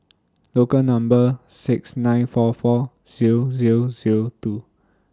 Local Number six nine four four Zero Zero Zero two